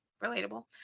Relatable